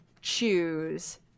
choose